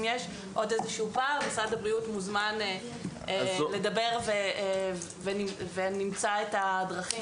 אם עוד יש איזשהו פער משרד הבריאות מוזמן לדבר ונמצא את הדרכים,